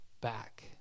back